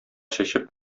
чәчеп